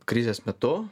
krizės metu